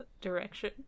direction